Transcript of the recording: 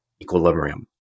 equilibrium